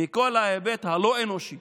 מכל ההיבט הלא-אנושי